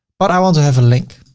but i want to have a link.